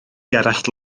gerallt